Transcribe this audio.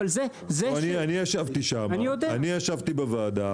אני ישבתי שמה אני ישבתי בוועדה,